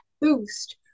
boost